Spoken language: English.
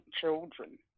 children